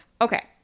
Okay